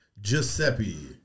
Giuseppe